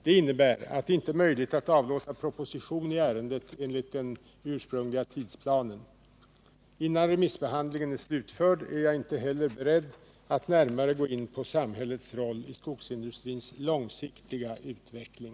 Detta innebär att det inte är möjligt att avlåta proposition i ärendet enligt den ursprungliga tidsplanen. Innan remissbehandlingen är slutförd är jag inte heller beredd att närmare gå in på samhällets roll i skogsindustrins långsiktiga utveckling.